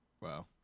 Wow